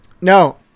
no